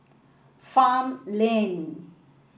farmland